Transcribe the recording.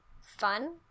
fun